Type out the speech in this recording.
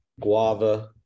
guava